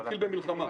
נתחיל במלחמה.